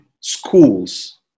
schools